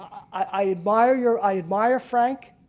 i admire your i admire frank,